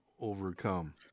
overcome